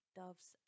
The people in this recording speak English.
doves